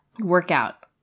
workout